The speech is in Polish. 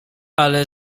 ale